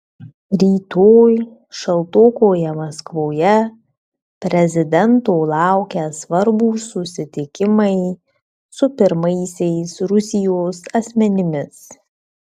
rytoj šaltokoje maskvoje prezidento laukia svarbūs susitikimai su pirmaisiais rusijos asmenimis